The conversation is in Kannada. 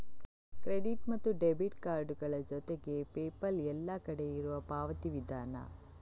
ಕ್ರೆಡಿಟ್ ಮತ್ತು ಡೆಬಿಟ್ ಕಾರ್ಡುಗಳ ಜೊತೆಗೆ ಪೇಪಾಲ್ ಎಲ್ಲ ಕಡೆ ಇರುವ ಪಾವತಿ ವಿಧಾನ